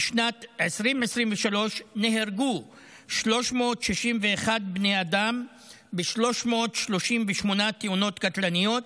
בשנת 2023 נהרגו 361 בני אדם ב-338 תאונות קטלניות,